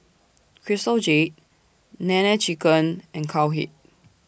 Crystal Jade Nene Chicken and Cowhead